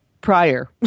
prior